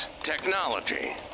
technology